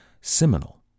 seminal